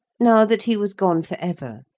now that he was gone for ever,